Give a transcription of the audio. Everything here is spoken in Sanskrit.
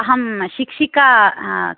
अहं शिक्षिका